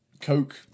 Coke